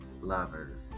lovers